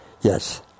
Yes